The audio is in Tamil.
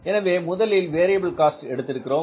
எனவே முதலில் வேரியபில் காஸ்ட் எடுத்திருக்கிறோம்